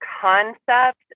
concept